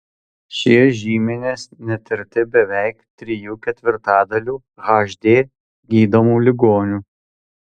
šie žymenys netirti beveik trijų ketvirtadalių hd gydomų ligonių